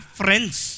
friends